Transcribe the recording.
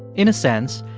in a sense,